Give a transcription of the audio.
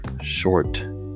short